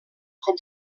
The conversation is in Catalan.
com